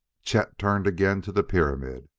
chet turned again to the pyramid.